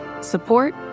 support